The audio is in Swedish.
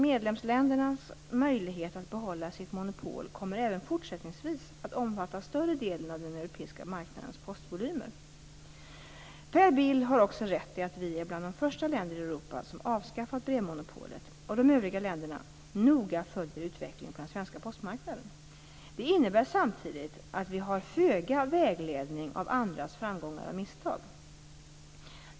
Medlemsländernas möjlighet att behålla sitt monopol kommer även fortsättningsvis att omfatta större delen av den europeiska marknadens postvolymer. Per Bill har också rätt i att Sverige är bland de första länder i Europa som avskaffat brevmonopolet och att de övriga länderna noga följer utvecklingen på den svenska postmarknaden. Det innebär samtidig att vi har föga vägledning av andras framgångar och misstag.